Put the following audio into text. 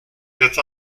that